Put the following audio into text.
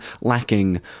lacking